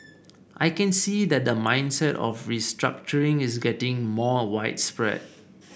I can see that the mindset of restructuring is getting more widespread